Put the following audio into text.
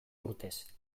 urtez